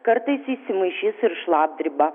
kartais įsimaišys ir šlapdriba